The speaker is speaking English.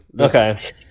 Okay